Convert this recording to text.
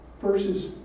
verses